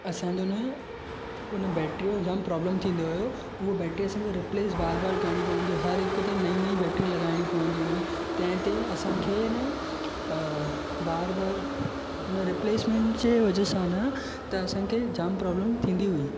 असांजो न उन बेट्रीअ जो जामु प्रॉब्लम थींदो हुयो उहो बेट्री असांखे रिप्लेस बार बार करिणी पवंदी हर हिक ते नईं नईं बेट्री लॻाइणी पवंदी हुई तंहिंते असांखे न बार बार हुन रिप्लेसमेंट जे वजह सां न त असांखे जामु प्रॉब्लम थींदी हुई